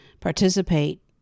participate